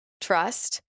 trust